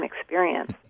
experience